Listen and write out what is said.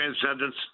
Transcendence